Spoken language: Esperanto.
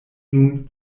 nun